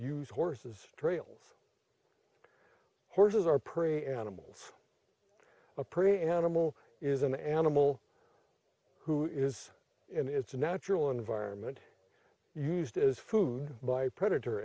use horses trails horses are prey animals a pretty animal is an animal who is in its natural environment used as food by predator